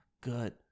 Good